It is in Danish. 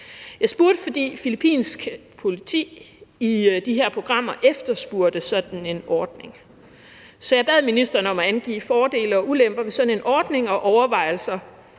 Jeg spurgte, fordi filippinsk politi i de her programmer efterspurgte sådan en ordning. Så jeg bad ministeren om at angive fordele og ulemper ved sådan en ordning og overvejelser